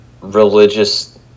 religious